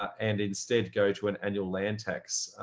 and instead go to an annual land tax.